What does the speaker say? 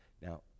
Now